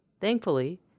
Thankfully